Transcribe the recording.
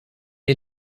est